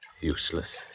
Useless